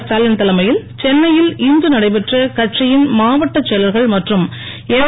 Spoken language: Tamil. ஸ்டாலின் தலைமையில் சென்னையில் இன்று நடைபெற்ற கட்சியில் மாவட்ட செயலர்கள் மற்றும் எம்